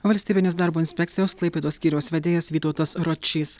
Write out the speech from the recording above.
valstybinės darbo inspekcijos klaipėdos skyriaus vedėjas vytautas ročys